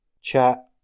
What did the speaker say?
chat